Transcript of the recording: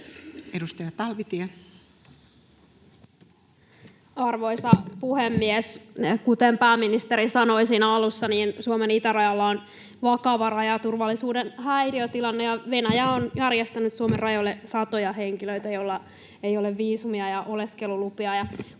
Edustaja Talvitie. Arvoisa puhemies! Kuten pääministeri sanoi siinä alussa, niin Suomen itärajalla on vakava rajaturvallisuuden häiriötilanne ja Venäjä on järjestänyt Suomen rajoille satoja henkilöitä, joilla ei ole viisumia ja oleskelulupia.